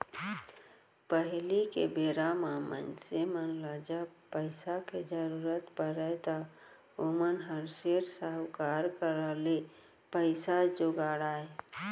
पहिली के बेरा म मनसे मन ल जब पइसा के जरुरत परय त ओमन ह सेठ, साहूकार करा ले पइसा जुगाड़य